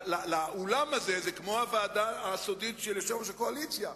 האולם הזה הוא כמו הוועדה הסודית של יושב-ראש הקואליציה.